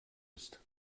ist